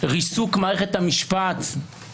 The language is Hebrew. ריסוק מערכת המשפט.